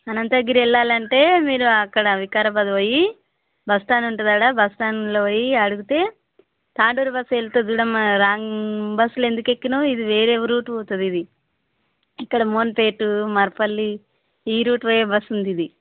అనంతగిరి వెళ్ళాలి అంటే మీరు అక్కడ వికారాబాద్ పోయి బస్ స్టాండ్ ఉంటుంది ఆడ బస్ స్టాండ్ పోయి అడిగితే తాండూరు బస్సు వెళుతుంది చూడమ్మ రాంగ్ బస్లో ఎందుకు ఎక్కినావు ఇది వేరే రూట్ పోతుంది ఇది ఇక్కడ మోంతేటు మరపల్లి ఈ రూట్ పోయే బస్సు ఉంది ఇది